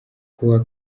kuwa